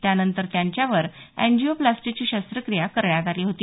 त्यानंतर त्यांच्यावर अँजियोप्लास्टीची शस्त्रक्रिया करण्यात आली होती